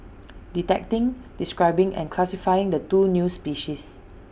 detecting describing and classifying the two new species